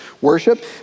worship